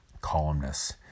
columnists